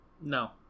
No